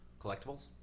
Collectibles